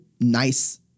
nice